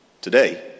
Today